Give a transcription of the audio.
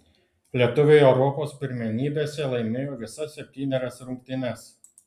lietuviai europos pirmenybėse laimėjo visas septynerias rungtynes